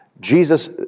Jesus